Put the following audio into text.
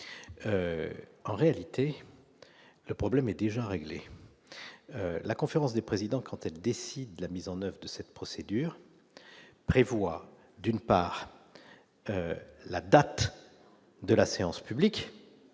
réalité. Le problème est déjà réglé la conférence des présidents, quand elle décide de la mise en 9 de cette procédure. Prévoit d'une part, la date de la séance publique